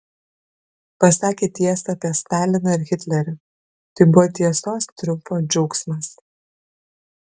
pasakė tiesą apie staliną ir hitlerį tai buvo tiesos triumfo džiaugsmas